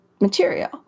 material